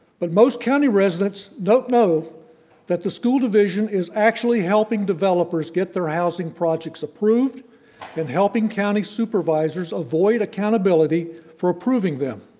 but most county residents don't know that the school division is actually helping developers get their housing projects approved and helping county supervisors avoid accountability for approving them.